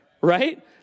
right